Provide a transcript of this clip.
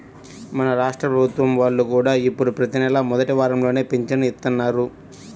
మన రాష్ట్ర ప్రభుత్వం వాళ్ళు కూడా ఇప్పుడు ప్రతి నెలా మొదటి వారంలోనే పింఛను ఇత్తన్నారు